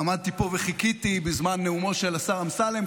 עמדתי פה וחיכיתי בזמן נאומו של השר אמסלם.